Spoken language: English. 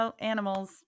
animals